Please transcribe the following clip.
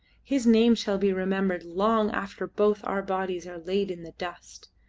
his name shall be remembered long after both our bodies are laid in the dust.